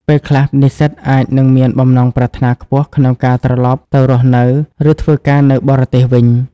ពេលខ្លះ និស្សិតអាចនឹងមានបំណងប្រាថ្នាខ្ពស់ក្នុងការត្រឡប់ទៅរស់នៅ ឬធ្វើការនៅបរទេសវិញ។